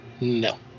no